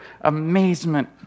amazement